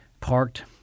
parked